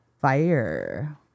fire